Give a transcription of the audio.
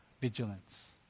vigilance